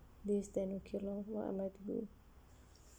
this then okay lor what am I to do